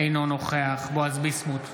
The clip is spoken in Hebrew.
אינו נוכח בועז ביסמוט,